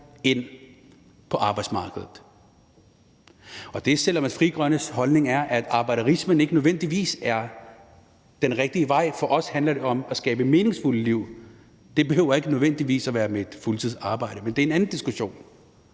ind på arbejdsmarkedet. Og selv om Frie Grønnes holdning er, at arbejderisme ikke nødvendigvis er den rigtige vej for os, handler det om at skabe meningsfulde liv. Det behøver ikke nødvendigvis at være med et fuldtidsarbejde, men det er en anden diskussion.